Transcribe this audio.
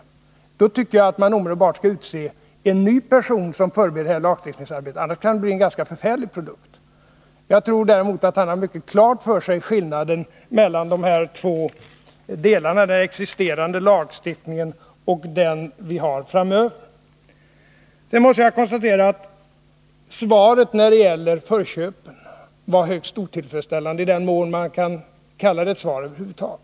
I så fall tycker jag att man omedelbart skall utse en ny person som förbereder det här lagstiftningsarbetet, annars kan det bli en ganska förfärlig produkt. Jag tror för min del att Per Wramner har mycket klart för sig skillnaden mellan de här två delarna: den existerande lagstiftningen och den vi skall ha framöver. Sedan måste jag konstatera att svaret när det gäller förköpen var högst otillfredsställande — i den mån man kan kalla det ett svar över huvud taget.